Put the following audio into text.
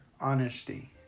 honesty